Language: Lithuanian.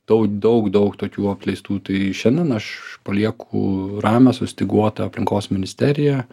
dau daug daug tokių apleistų tai šiandien aš palieku ramią sustyguotą aplinkos ministeriją